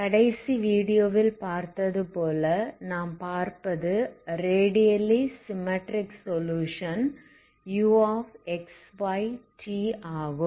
கடைசி வீடியோவில் பார்த்தது போல நாம் பார்ப்பது ரேடியலி சிமெட்ரிக் சொலுயுஷன் uxyt ஆகும்